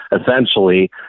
essentially